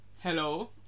Hello